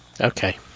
Okay